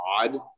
odd